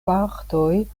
partoj